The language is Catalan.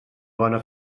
bona